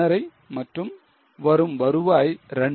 5 மற்றும் வரும் வருவாய் 2